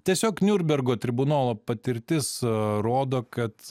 tiesiog niurnbergo tribunolo patirtis rodo kad